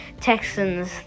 Texans